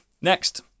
Next